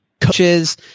coaches